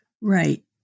Right